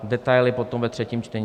Detaily potom ve třetím čtení.